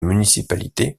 municipalité